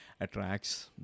attracts